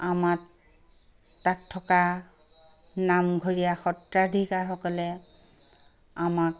আমাক তাত থকা নামঘৰীয়া সত্ৰাধিকাৰসকলে আমাক